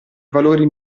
valori